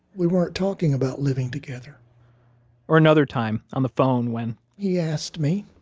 we weren't talking about living together or another time on the phone, when he asked me,